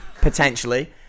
potentially